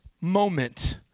moment